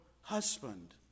husband